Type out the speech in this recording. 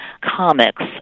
comics